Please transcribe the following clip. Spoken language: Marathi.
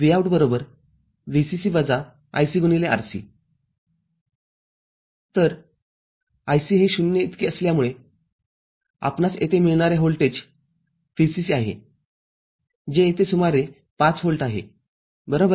Vout VCC ICRC तर IC हे ० इतके असल्यामुळे आपणास येथे मिळणारे व्होल्टेज VCC आहे जे येथे सुमारे ५ व्होल्ट आहे बरोबर